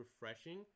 refreshing